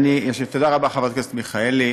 תודה רבה, חברת הכנסת מיכאלי,